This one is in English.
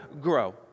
grow